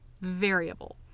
variable